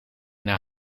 naar